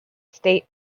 state